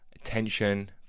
Attention